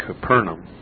Capernaum